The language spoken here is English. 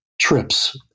trips